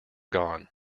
gone